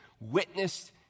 witnessed